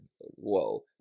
Whoa